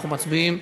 אנחנו מצביעים.